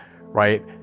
right